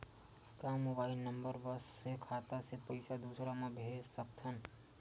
का mobile number बस से खाता से पईसा दूसरा मा भेज सकथन?